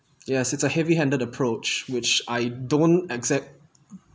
yes it's a heavy handed approach which I don't accept